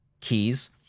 keys